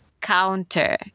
counter